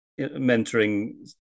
mentoring